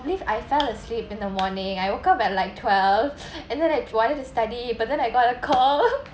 fell asleep in the morning I woke up at like twelve and then I wanted to study but then I got a call